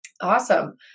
Awesome